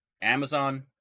Amazon